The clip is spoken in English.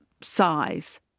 size